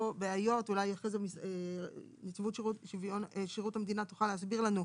אולי נציבות שירות המדינה תוכל להסביר לנו,